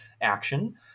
action